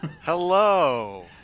hello